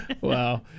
Wow